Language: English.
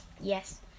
Yes